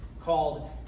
called